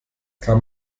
kam